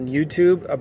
YouTube